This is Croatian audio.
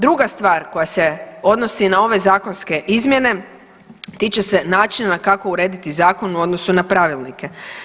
Druga stvar koja se odnosi na ove zakonske izmjene, tiče se načina kako urediti zakon u odnosu na pravilnike.